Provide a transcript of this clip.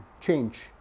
change